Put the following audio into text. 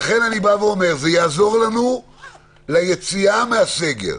לכן אני אומר שזה יעזור לנו ליציאה מהסגר,